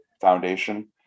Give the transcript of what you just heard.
foundation